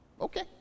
Okay